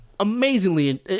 Amazingly